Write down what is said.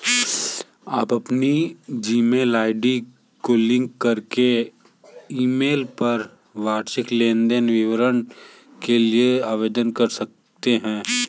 आप अपनी Gmail ID को लिंक करके ईमेल पर वार्षिक लेन देन विवरण के लिए भी आवेदन कर सकते हैं